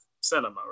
cinema